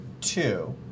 two